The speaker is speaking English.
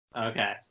Okay